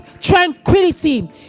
tranquility